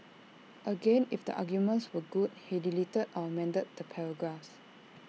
again if the arguments were good he deleted or amended the paragraphs